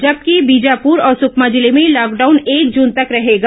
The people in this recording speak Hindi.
जबकि बीजापुर और सुकमा जिले में लॉकडाउन एक जून तक रहेगा